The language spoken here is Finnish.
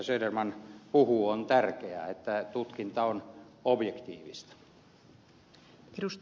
söderman puhuu että tutkinta on objektiivista on tärkeä